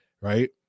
Right